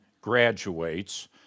Graduates